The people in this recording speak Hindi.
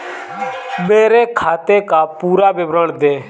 मेरे खाते का पुरा विवरण दे?